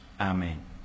amen